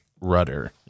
rudder